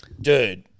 dude